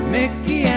Mickey